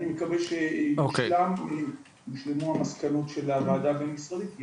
שאני מקווה שיושלם כשיושלמו המסקנות של הוועדה הבין-משרדית.